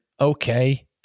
okay